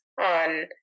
on